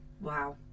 Wow